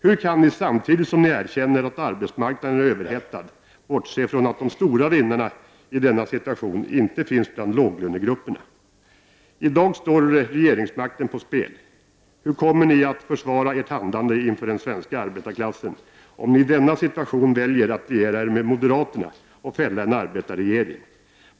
Hur kan ni, samtidigt som ni erkänner att arbetsmarknaden är överhettad, bortse från att de stora vinnarna i denna situation inte finns bland låglönegrupperna? I dag står regeringsmakten på spel. Hur kommer ni att försvara ert handlande inför den svenska arbetarklassen, om ni i denna situation väljer att liera er med moderaterna och fälla en arbetarregering?